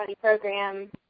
program